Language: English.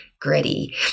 gritty